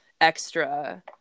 extra